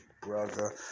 brother